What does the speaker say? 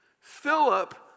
Philip